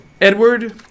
Edward